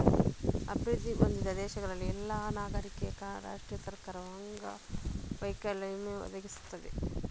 ಅಭಿವೃದ್ಧಿ ಹೊಂದಿದ ದೇಶಗಳಲ್ಲಿ ಎಲ್ಲಾ ನಾಗರಿಕರಿಗೆ ರಾಷ್ಟ್ರೀಯ ಸರ್ಕಾರವು ಅಂಗವೈಕಲ್ಯ ವಿಮೆಯನ್ನು ಒದಗಿಸುತ್ತದೆ